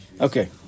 Okay